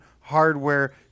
Hardware